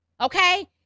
Okay